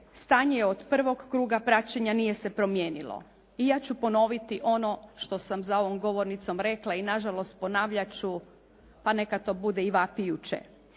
stanje od prvog kruga praćenja nije se promijenilo i ja ću ponoviti ono što sam za ovom govornicom rekla i nažalost ponavljati ću, pa neka to bude i vapijuće.